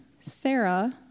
Sarah